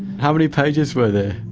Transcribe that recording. how many pages were there?